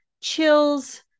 chills